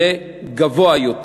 יהיה גבוה יותר,